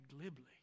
glibly